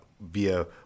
via